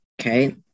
Okay